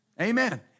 Amen